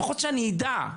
לפחות שאני אדע.